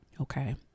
okay